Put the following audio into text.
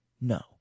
no